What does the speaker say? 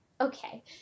Okay